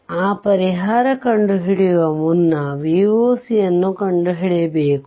ಆ ಪರಿಹಾರ ಕಂಡು ಹಿಡಿಯುವ ಮುನ್ನ Voc ಅನ್ನು ಕಂಡುಹಿಡಿಯಬೇಕು